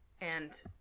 and-